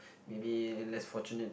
maybe less fortunate